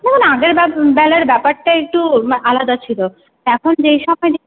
না না না আগেরবার বেলার ব্যাপারটা একটু আলাদা ছিল এখন যেই সময়